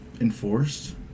enforced